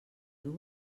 dur